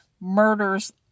murders